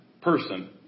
person